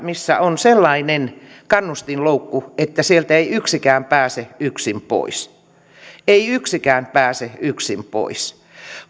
missä on sellainen kannustinloukku että sieltä ei yksikään pääse yksin pois ei yksikään pääse yksin pois